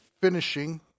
finishing